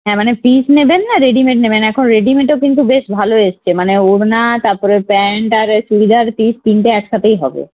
হ্যাঁ মানে পিস নেবেন না রেডিমেড নেবেন এখন রেডিমেডও কিন্তু বেশ ভালো এসছে মানে ওড়না তারপরে প্যান্ট আর এ চুরিদার পিস কিন্তু একসাথেই হবে